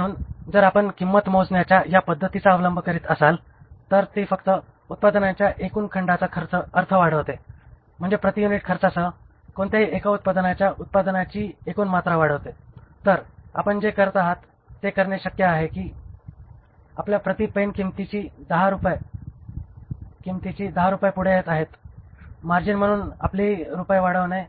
म्हणून जर आपण किंमत मोजण्याच्या या पद्धतीचा अवलंब करीत असाल तर ते फक्त उत्पादनाच्या एकूण खंडाचा अर्थ वाढविते म्हणजे प्रति युनिट खर्चासह कोणत्याही एका उत्पादनाच्या उत्पादनाची एकूण मात्रा वाढविते तर आपण जे करत आहात ते शक्य आहे की आपल्या प्रति पेन किंमतीची 10 रुपये पुढे येत आहेत मार्जिन म्हणून आपली रूपये वाढवणे